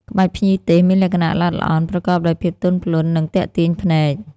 ក្បាច់ភ្ញីទេសមានលក្ខណៈល្អិតល្អន់ ប្រកបដោយភាពទន់ភ្លន់ និងទាក់ទាញភ្នែក។